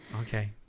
Okay